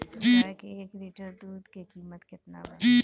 गाय के एक लिटर दूध के कीमत केतना बा?